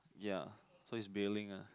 ya so is bailing la